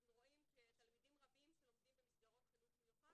אנחנו רואים תלמידים רבים שלומדים במסגרות חינוך מיוחד,